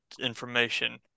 information